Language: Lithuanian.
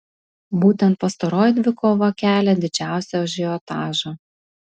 būtent pastaroji dvikova kelia didžiausią ažiotažą